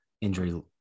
injury